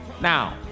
now